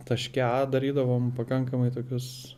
taške a darydavom pakankamai tokius